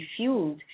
refueled